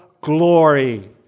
glory